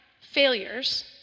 failures